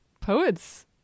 poets